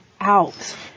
out